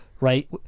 right